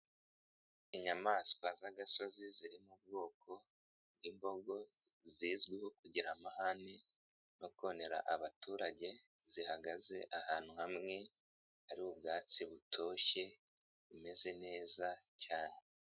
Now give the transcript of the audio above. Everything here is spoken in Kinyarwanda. Inyamaswa z'agasozi ziri mu bwoko imbogo zizwiho kugira amahane no konera abaturage zihagaze ahantu hamwe hari ubwatsi butoshye bumeze neza cyane.